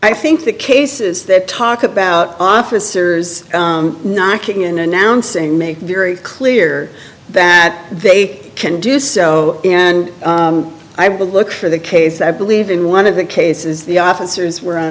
i think the cases that talk about officers knocking in announcing make very clear that they can do so and i would look for the case i believe in one of the cases the officers were on